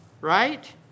Right